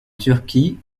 turquie